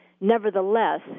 Nevertheless